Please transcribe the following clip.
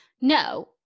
No